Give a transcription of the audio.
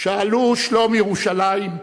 "שאלו שלום ירושלם,